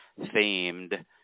themed